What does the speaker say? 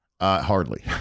Hardly